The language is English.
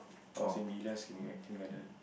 I was in kindergarten